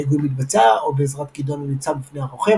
ההיגוי מתבצע או בעזרת כידון הניצב לפני הרוכב,